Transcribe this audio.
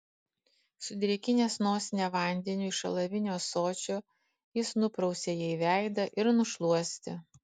sudrėkinęs nosinę vandeniu iš alavinio ąsočio jis nuprausė jai veidą ir nušluostė